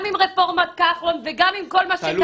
גם עם רפורמת כחלון וגם עם כל מה שקיים,